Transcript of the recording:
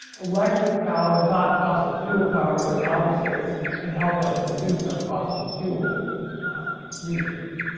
electric powered, not fossil fuel powered and obviously can help us reduce our fossil fuel usage.